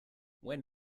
when